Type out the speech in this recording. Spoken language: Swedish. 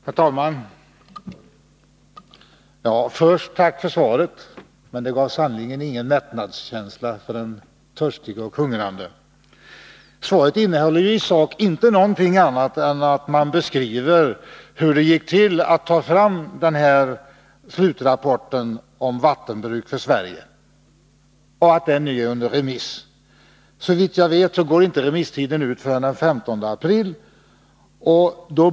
Herr talman! Först ett tack för svaret — men det gav sannerligen ingen mättnadskänsla för den hungrande och törstande. Svaret innehåller ju i sak inte någonting annat än en beskrivning av hur det gick till att ta fram slutrapporten Vattenbruk för Sverige och upplysningen att den är under remiss. Såvitt jag vet går inte remisstiden ut förrän den 15 april.